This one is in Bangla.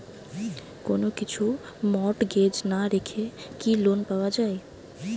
কোন কিছু মর্টগেজ না রেখে কি লোন পাওয়া য়ায়?